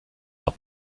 are